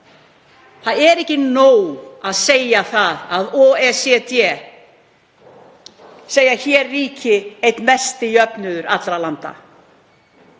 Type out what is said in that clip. Það er ekki nóg að segja að OECD segi að hér ríki einn mesti jöfnuður allra landa.